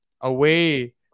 away